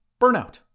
Burnout